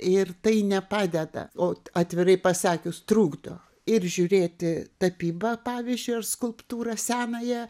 ir tai nepadeda o atvirai pasakius trukdo ir žiūrėti tapybą pavyzdžiui ar skulptūrą senąją